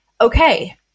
okay